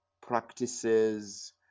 practices